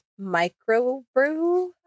microbrew